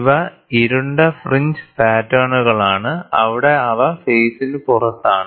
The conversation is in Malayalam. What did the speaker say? ഇവ ഇരുണ്ട ഫ്രിഞ്ച് പാറ്റേണുകളാണ് അവിടെ അവ ഫേസിന് പുറത്താണ്